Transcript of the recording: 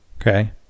okay